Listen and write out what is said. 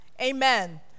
Amen